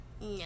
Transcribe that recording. No